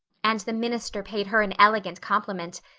and the minister paid her an elegant compliment.